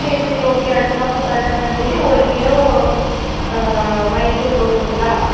சரி சரி ஓகே அடுத்த மாதம் பதினஞ்சாம்தேதி ஒரு கிலோ மைசூர் ரோஸ்ஸுங்களா